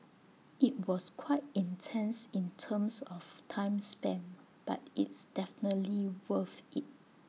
IT was quite intense in terms of time spent but it's definitely worth IT